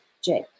Jake